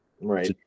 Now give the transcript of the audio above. right